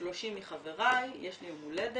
30 מחבריי, יש לי יום הולדת,